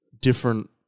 different